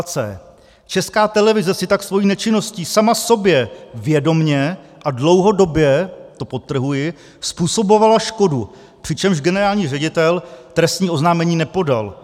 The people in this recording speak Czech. C. Česká televize si tak svou nečinností sama sobě vědomě a dlouhodobě, to podtrhuji, způsobovala škodu, přičemž generální ředitel trestní oznámení nepodal.